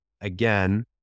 again